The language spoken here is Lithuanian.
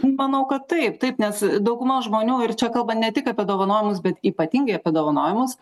manau kad taip taip nes dauguma žmonių ir čia kalbant ne tik apie dovanojamus bet ypatingai apie dovanojamus